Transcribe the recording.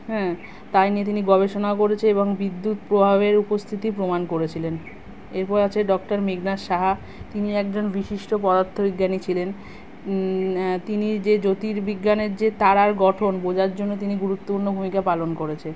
হ্যাঁ তাই নিয়ে তিনি গবেষণাও করেছে এবং বিদ্যুৎ প্রবাহের উপস্থিতি প্রমাণ করেছিলেন এরপর আছে ডক্টর মেঘনাথ সাহা তিনি একজন বিশিষ্ট পদার্থ বিজ্ঞানী ছিলেন তিনি যে জ্যোতির্বিজ্ঞানের যে তারার গঠন বোঝার জন্য তিনি গুরুত্বপূর্ণ ভূমিকা পালন করেছে